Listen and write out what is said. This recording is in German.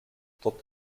dort